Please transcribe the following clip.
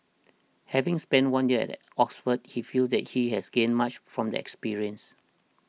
having spent one year at Oxford he feels that he has gained much from the experience